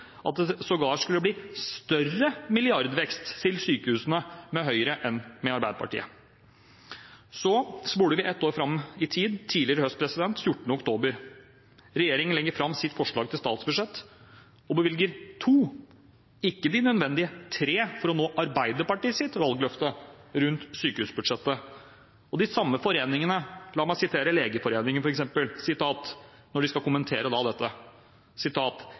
at det sågar skulle bli større milliardvekst til sykehusene med Høyre enn med Arbeiderpartiet. Så spoler vi ett år fram i tid, til tidligere i høst, den 14. oktober: Regjeringen legger fram sitt forslag til statsbudsjett og bevilger 2 mrd. kr – ikke de nødvendige 3 mrd. kr, for å nå Arbeiderpartiets valgløfte knyttet til sykehusbudsjettet. La meg sitere Legeforeningen da de kommenterte dette: